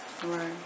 Right